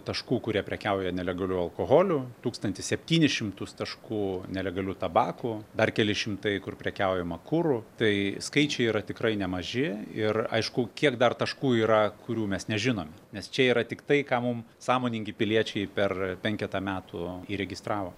taškų kurie prekiauja nelegaliu alkoholiu tūkstantį septynis šimtus taškų nelegaliu tabaku dar keli šimtai kur prekiaujama kuru tai skaičiai yra tikrai nemaži ir aišku kiek dar taškų yra kurių mes nežinome nes čia yra tiktai ką mum sąmoningi piliečiai per penketą metų įregistravo